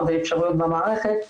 האפשרויות במערכת.